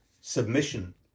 submission